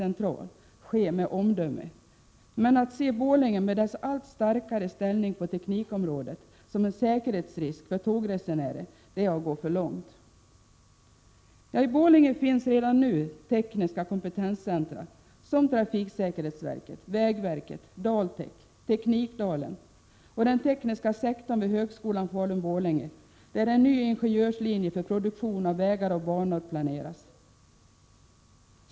1987 Borlänge, där en ny ingenjörslinje för produktion av vägar och banor planeras.